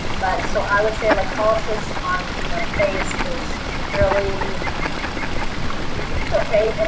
but so i would say electrolysis on the face is fairly yeah it's okay,